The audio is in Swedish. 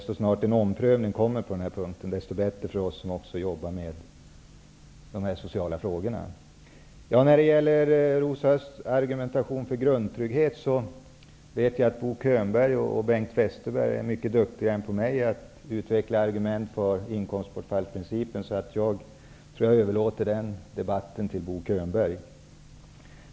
Ju förr en omprövning sker desto bättre är det -- även för oss som arbetar med de här sociala frågorna. Rosa Östh argumenterar för grundtrygghet. Jag vet att Bo Könberg och Bengt Westerberg är mycket duktigare än jag på att utveckla argument för inkomstbortfallsprincipen, därför överlåter jag den debatten till Bo Könberg.